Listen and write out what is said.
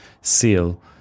seal